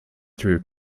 through